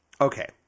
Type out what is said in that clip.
Okay